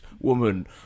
woman